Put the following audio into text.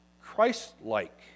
Christ-like